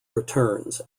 returns